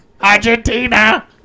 Argentina